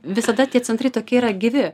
visada tie centrai tokie yra gyvi